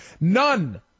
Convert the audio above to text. None